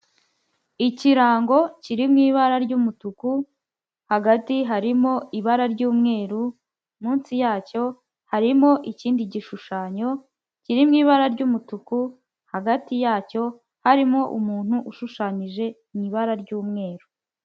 Ikirango kiri mu ibara ry'umutuku hagati harimo ibara ry'umweru munsi yacyo harimo ikindi gishushanyo kiri mu ibara ry'umutuku, hagati yacyo harimo umuntu ushushanyije mu ibara ry'umweru.